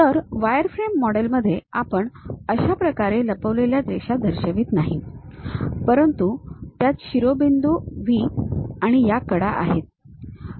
तर वायरफ्रेम मॉडेलमध्ये आपण अशा प्रकारच्या लपविलेल्या रेषा दर्शवित नाही परंतु त्यात शिरोबिंदू V आणि या कडा आहेत